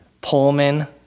Pullman